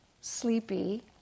sleepy